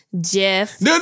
Jeff